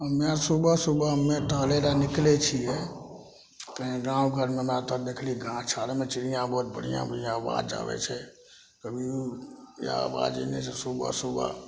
हमे सुबह सुबहमे टहलै लए निकलै छियै कही गाँव घरमे हमरा तऽ देखली गाछ आरमे चिड़िया बहुत बढ़िआँ बढ़िआँ आवाज अबै छै ई आवाज सुबह सुबह